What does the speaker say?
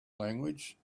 language